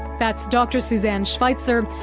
that's dr susanne schweizer,